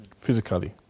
physically